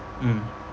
mm